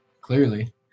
clearly